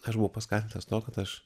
aš buvau paskatintas to kad aš